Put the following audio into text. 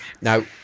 Now